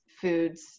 foods